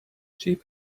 cheap